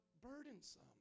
burdensome